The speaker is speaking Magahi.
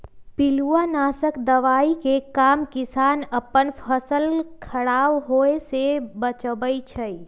पिलुआ नाशक दवाइ के काम किसान अप्पन फसल ख़राप होय् से बचबै छइ